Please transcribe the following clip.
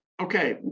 Okay